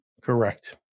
Correct